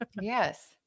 Yes